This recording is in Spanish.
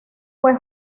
fue